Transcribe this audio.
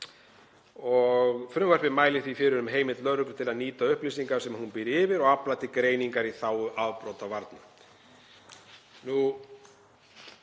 Frumvarpið mælir fyrir um heimild lögreglu til að nýta upplýsingar sem hún býr yfir og aflar til greiningar í þágu afbrotavarna.